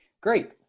Great